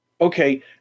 okay